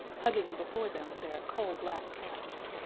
hugging before them their coal-black cats.